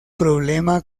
problema